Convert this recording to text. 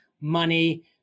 money